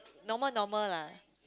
normal normal lah